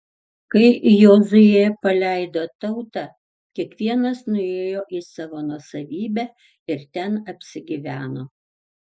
kai jozuė paleido tautą kiekvienas nuėjo į savo nuosavybę ir ten apsigyveno